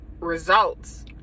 Results